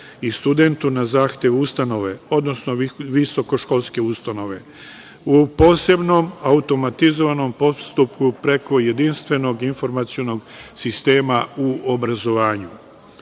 i studentu, na zahtev ustanove, odnosno visokoškolske ustanove u posebnom automatizovanom postupku, preko jedinstvenog informacionog sistema u obrazovanju. Ovaj